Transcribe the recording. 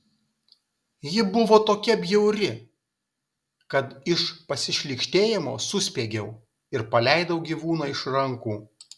ji buvo tokia bjauri kad iš pasišlykštėjimo suspiegiau ir paleidau gyvūną iš rankų